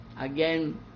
Again